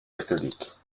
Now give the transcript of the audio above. catholiques